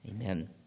Amen